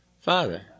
Father